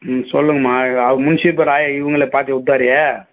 ம் சொல்லுங்கம்மா முன்சீப் இவங்கள பார்க்க விட்டாரு